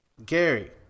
Gary